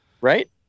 Right